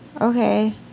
Okay